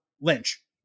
Lynch